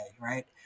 right